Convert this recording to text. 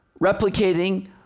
replicating